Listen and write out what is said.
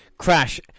Crash